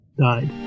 died